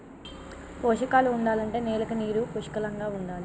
పోషకాలు ఉండాలంటే నేలకి నీరు పుష్కలంగా ఉండాలి